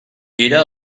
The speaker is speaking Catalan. era